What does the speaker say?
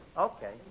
Okay